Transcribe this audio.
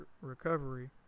recovery